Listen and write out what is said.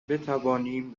بتوانیم